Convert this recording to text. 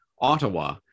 Ottawa